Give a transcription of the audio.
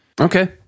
okay